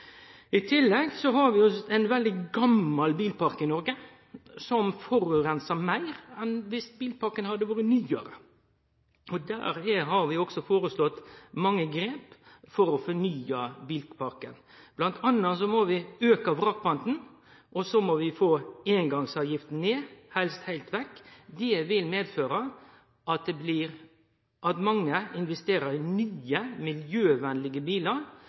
I tillegg har vi ein veldig gammal bilpark i Noreg, som forureinar meir enn om han hadde vore nyare. Der har vi også foreslått mange grep for å fornye bilparken. Vi må bl.a. auke vrakpanten og få eingongsavgifta ned, helst heilt vekk. Det vil føre til at mange investerer i nye, miljøvennlege bilar,